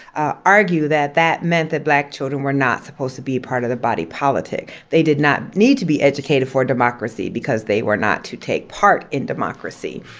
ah argue that that meant that black children were not supposed to be part of the body politic, they did not need to be educated for democracy because they were not to take part in democracy.